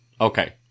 Okay